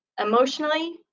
emotionally